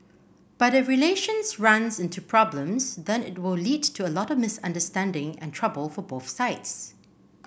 but if relations runs into problems then it will lead to a lot of misunderstanding and trouble for both sides